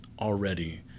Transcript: already